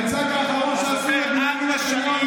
את המיצג האחרון שעשו על בנימין נתניהו,